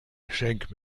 geschenk